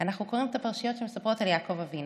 אנחנו קוראים את הפרשיות שמספרות על יעקב אבינו,